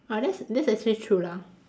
ah that's that's actually true lah